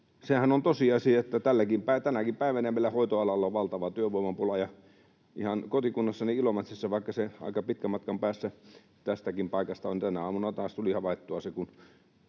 Sehän on tosiasia, että tänäkin päivänä meillä hoitoalalla on valtava työvoimapula. Ihan kotikunnassani Ilomantsissa, vaikka se aika pitkän matkan päässä tästäkin paikasta on... Tänä aamuna taas tuli havaittua se,